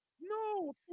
No